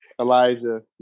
Elijah